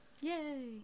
Yay